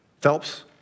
Phelps